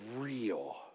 real